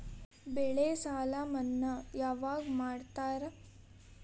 ಬೆಳೆ ಸಾಲ ಮನ್ನಾ ಯಾವಾಗ್ ಮಾಡ್ತಾರಾ?